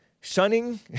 shunning